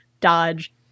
dodge